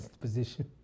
position